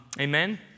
Amen